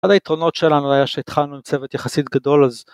אחד היתרונות שלנו היה שהתחלנו עם צוות יחסית גדול אז